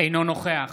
אינו נוכח